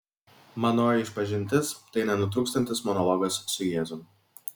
manoji išpažintis tai nenutrūkstantis monologas su jėzum